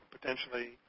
potentially